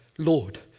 Lord